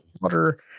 water